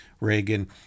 Reagan